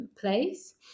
place